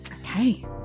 Okay